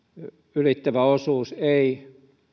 ylittävä osuus ei käytä